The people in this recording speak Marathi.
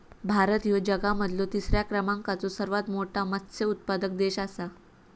भारत ह्यो जगा मधलो तिसरा क्रमांकाचो सर्वात मोठा मत्स्य उत्पादक देश आसा